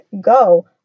go